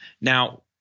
Now